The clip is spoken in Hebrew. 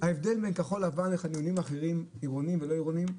ההבדל בין כחול לבן לחניונים אחרים עירוניים ולא עירוניים,